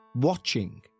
watching